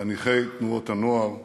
חניכי תנועות הנוער,